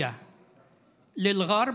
וההתנשאות של המערב